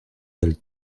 del